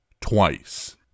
twice